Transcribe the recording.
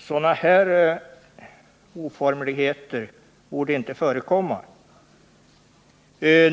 sådana här oformligheter inte får förekomma.